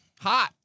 Hot